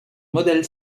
modèle